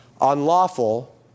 unlawful